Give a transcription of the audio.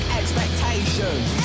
expectations